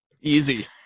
Easy